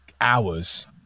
hours